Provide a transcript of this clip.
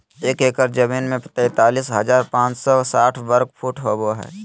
एक एकड़ जमीन में तैंतालीस हजार पांच सौ साठ वर्ग फुट होबो हइ